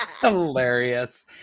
Hilarious